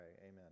amen